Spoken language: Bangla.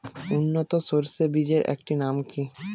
উন্নত সরষে বীজের একটি নাম কি?